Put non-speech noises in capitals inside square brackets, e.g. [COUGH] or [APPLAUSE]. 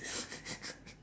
[LAUGHS]